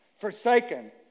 forsaken